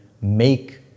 make